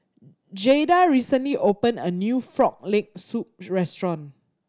Jaeda recently opened a new Frog Leg Soup restaurant